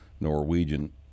norwegian